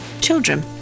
children